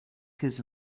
his